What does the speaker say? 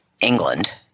England